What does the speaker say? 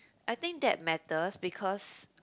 I think that matters because